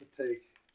Take